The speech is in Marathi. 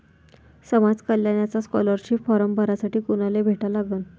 समाज कल्याणचा स्कॉलरशिप फारम भरासाठी कुनाले भेटा लागन?